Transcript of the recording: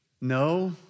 no